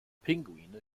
pinguine